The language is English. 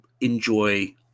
enjoy